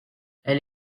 elle